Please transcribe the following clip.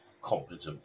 competent